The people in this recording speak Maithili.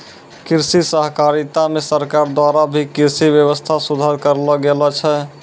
कृषि सहकारिता मे सरकार द्वारा भी कृषि वेवस्था सुधार करलो गेलो छै